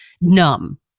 numb